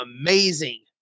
amazing